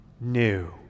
new